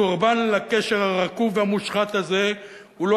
הקורבן לקשר הרקוב והמושחת הזה הוא לא